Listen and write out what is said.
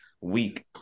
week